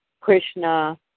Krishna